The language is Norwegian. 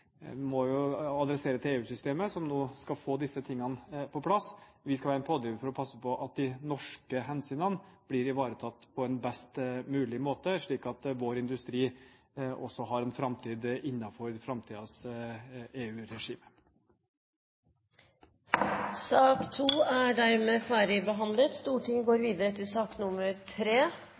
må jo adressere til EU-systemet, som nå skal få disse tingene på plass. Vi skal være en pådriver for å passe på at de norske hensynene blir ivaretatt på en best mulig måte, slik at vår industri også har en framtid innenfor framtidens EU-regime. Sak nr. 2 er dermed ferdigbehandlet.